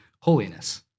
holiness